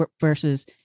versus